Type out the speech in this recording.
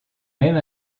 même